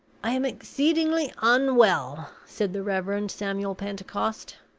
i am exceedingly unwell, said the reverend samuel pentecost.